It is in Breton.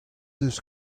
deus